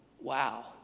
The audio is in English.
Wow